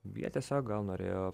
jie tiesiog gal norėjo